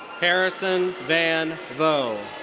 harrison van vo.